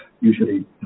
usually